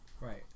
Right